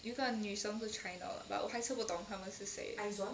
有一个女生是 china 的 but 我还是不懂他们是谁